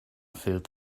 filled